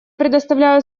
предоставляю